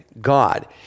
God